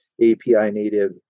API-native